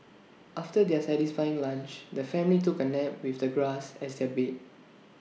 after their satisfying lunch the family took A nap with the grass as their bed